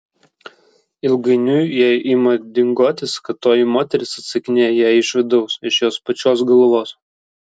ilgainiui jai ima dingotis kad toji moteris atsakinėja jai iš vidaus iš jos pačios galvos